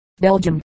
Belgium